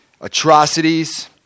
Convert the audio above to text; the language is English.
atrocities